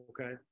Okay